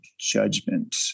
judgment